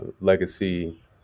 legacy